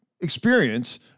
experience